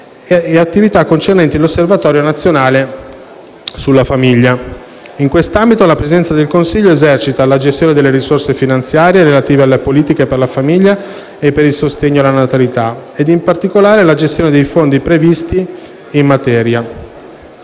attività concernenti l'Osservatorio nazionale sulla famiglia. In questo ambito, la Presidenza del Consiglio esercita: la gestione delle risorse finanziarie relative alle politiche per la famiglia e per il sostegno alla natalità ed, in particolare, la gestione dei fondi previsti in materia.